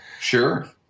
Sure